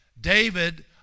David